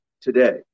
today